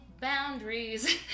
boundaries